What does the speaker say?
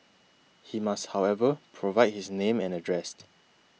he must however provide his name and address